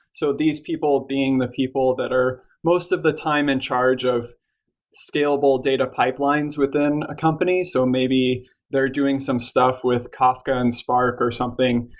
so these people being the people that are, most of the time, in charge of scalable data pipelines within a company, so maybe they're doing some stuff with kafka and spark, or something,